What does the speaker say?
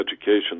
education